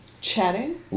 Chatting